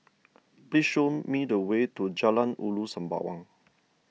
please show me the way to Jalan Ulu Sembawang